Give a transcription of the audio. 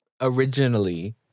originally